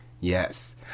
Yes